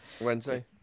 Wednesday